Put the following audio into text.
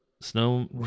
Snow